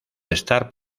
estar